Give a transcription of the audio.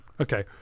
Okay